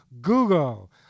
Google